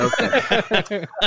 Okay